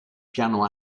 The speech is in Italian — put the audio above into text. piano